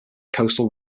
coastal